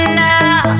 now